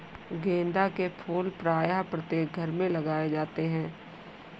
गेंदा के फूल प्रायः प्रत्येक घरों में लगाए जाते हैं